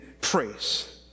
praise